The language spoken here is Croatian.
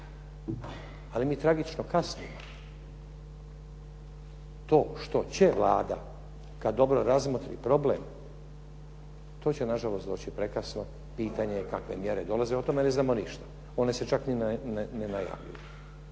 ali mi tragično kasnimo. To što će Vlada kad dobro razmotri problem, to će nažalost doći prekasno, pitanje je kakve mjere dolaze, o tome ne znamo ništa. One se čak ne najavljuju.